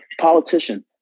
Politician